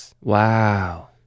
Wow